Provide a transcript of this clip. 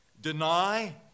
deny